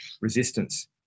resistance